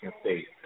State